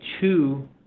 two